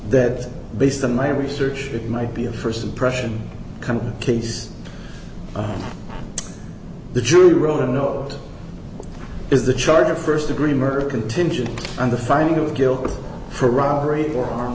that based on my research it might be a st impression case the jury wrote a note is the charge of st degree murder contingent on the finding of guilt for robbery or armed